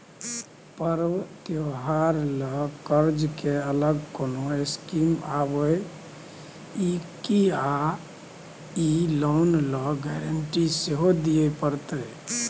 पर्व त्योहार ल कर्ज के अलग कोनो स्कीम आबै इ की आ इ लोन ल गारंटी सेहो दिए परतै?